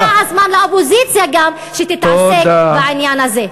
הגיע הזמן שהאופוזיציה גם תתעסק בעניין הזה.